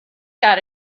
got